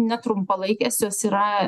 netrumpalaikės jos yra